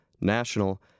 national